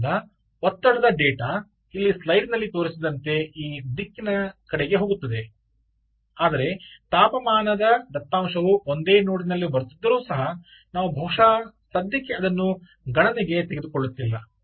ಆದ್ದರಿಂದ ಒತ್ತಡದ ಡೇಟಾ ಇಲ್ಲಿ ಸ್ಲೈಡಿನಲ್ಲಿ ತೋರಿಸಿದಂತೆ ಈ ದಿಕ್ಕಿನ ಹೋಗುತ್ತದೆ ಆದರೆ ತಾಪಮಾನದ ದತ್ತಾಂಶವು ಒಂದೇ ನೋಡ್ನಿಂದ ಬರುತ್ತಿದ್ದರೂ ನಾವು ಬಹುಶಃ ಸದ್ಯಕ್ಕೆ ಅದನ್ನು ಗಣನೆಗೆ ತೆಗೆದುಕೊಳ್ಳುತ್ತಿಲ್ಲ